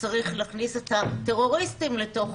צריך להכניס את הטרוריסטים לתוך